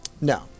No